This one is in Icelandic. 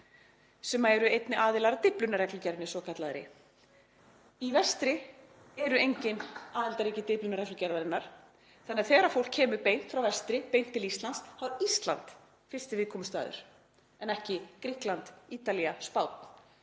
sem eru einnig aðilar að Dyflinnarreglugerðinni svokölluðu. Í vestri eru engin aðildarríki Dyflinnarreglugerðarinnar þannig að þegar fólk kemur frá vestri beint til Íslands er Ísland fyrsti viðkomustaður en ekki Grikkland, Ítalía, Spánn